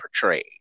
portrayed